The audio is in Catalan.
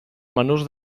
menús